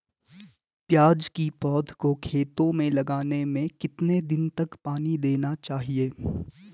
प्याज़ की पौध को खेतों में लगाने में कितने दिन तक पानी देना चाहिए?